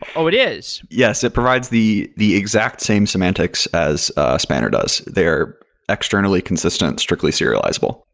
oh, it is? yes, it provides the the exact same semantics as spanner does. they're externally consistent, strictly serializable.